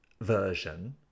version